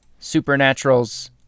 Supernaturals